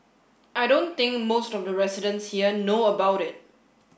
I don't think most of the residents here know about it